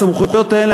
הסמכויות האלה,